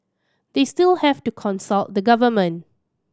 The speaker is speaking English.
they still have to consult the government